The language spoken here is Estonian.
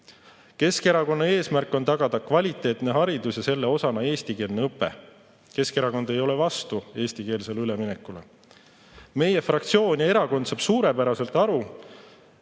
protsess. Keskerakonna eesmärk on tagada kvaliteetne haridus ja selle osana eestikeelne õpe. Keskerakond ei ole vastu eestikeelsele [haridusele] üleminekule. Meie fraktsioon ja erakond saab suurepäraselt aru,